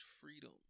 freedom